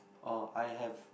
oh I have